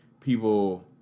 people